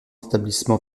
établissement